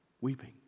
weeping